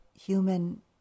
human